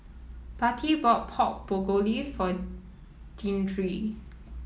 Patti bought Pork Bulgogi for Deandre